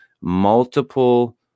multiple